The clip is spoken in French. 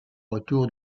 retour